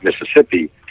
Mississippi